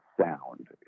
sound